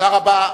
תודה רבה.